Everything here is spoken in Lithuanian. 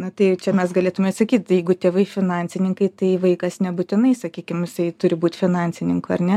na tai jau čia mes galėtume atsakyt jeigu tėvai finansininkai tai vaikas nebūtinai sakykim jisai turi būt finansininku ar ne